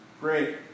great